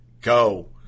go